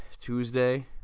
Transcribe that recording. Tuesday